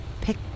pick